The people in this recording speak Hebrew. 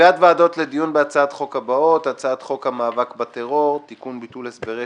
בעד פה אחד בקשת יושב-ראש הכנסת לאישור נאום